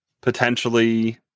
potentially